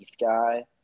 guy